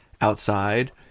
outside